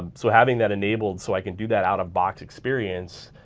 um so having that enabled so i can do that out-of-box experience.